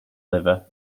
liver